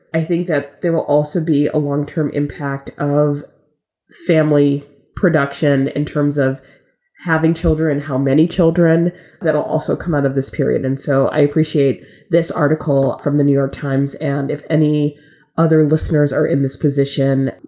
i think that there will also be a one term impact of family production in terms of having children, how many children that will also come out of this period. and so i appreciate this article from the new york times. and if any other listeners are in this position,